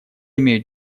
имеют